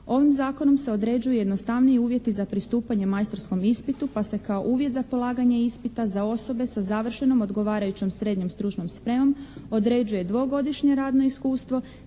Ovim Zakonom se određuje jednostavniji uvjeti za pristupanje majstorskom ispitu pa se kao uvjet za polaganje ispita za osobe sa završenom odgovarajućom srednjom stručnom spremom određuje dvogodišnje radno iskustvo.